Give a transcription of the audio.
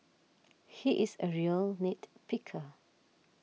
he is a real nit picker